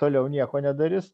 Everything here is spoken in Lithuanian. toliau nieko nedarys